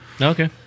Okay